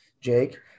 Jake